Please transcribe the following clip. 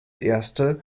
erste